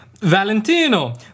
Valentino